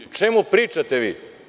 O čemu pričate vi?